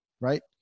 Right